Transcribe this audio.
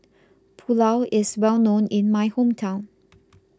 Pulao is well known in my hometown